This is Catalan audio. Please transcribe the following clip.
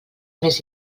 més